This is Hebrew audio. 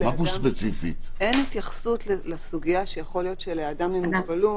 אין התייחסות לסוגיה שיכול להיות שלאדם עם מוגבלות,